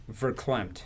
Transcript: verklempt